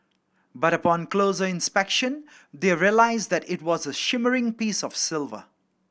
but upon closer inspection their realised that it was a shimmering piece of silver